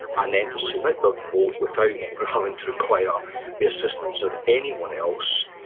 and then to submit the vote without having to require the assistance of anyone else,